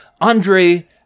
Andre